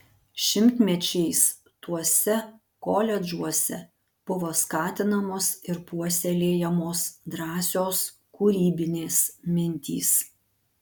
šimtmečiais tuose koledžuose buvo skatinamos ir puoselėjamos drąsios kūrybinės mintys